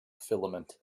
filament